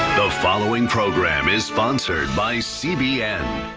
following program is sponsored by cbn.